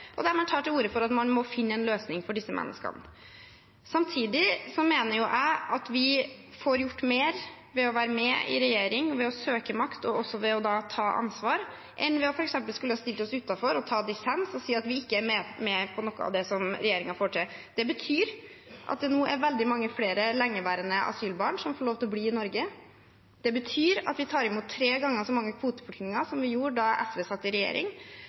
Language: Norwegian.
og der man tar til orde for at man må finne en løsning for disse menneskene. Samtidig mener jeg at vi får gjort mer ved å være med i regjering, ved å søke makt og ved å ta ansvar enn ved f.eks. å stille oss utenfor og ta dissens og si at vi ikke er med på noe av det regjeringen får til. Det betyr at det nå er veldig mange flere lengeværende asylbarn som får lov til å bli i Norge. Det betyr at vi tar imot tre ganger så mange kvoteflyktninger som da SV satt i regjering,